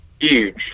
huge